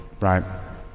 right